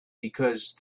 because